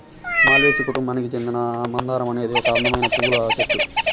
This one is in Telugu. మాల్వేసి కుటుంబానికి చెందిన మందారం అనేది ఒక అందమైన పువ్వుల చెట్టు